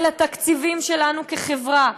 ולתקציבים שלנו כחברה.